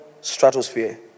stratosphere